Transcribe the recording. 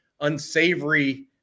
unsavory